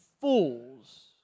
fools